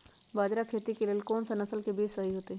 बाजरा खेती के लेल कोन सा नसल के बीज सही होतइ?